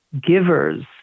givers